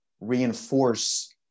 reinforce